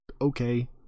okay